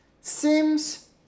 seems